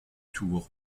tour